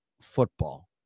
football